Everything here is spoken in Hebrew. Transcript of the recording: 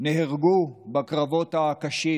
נהרגו בקרבות הקשים,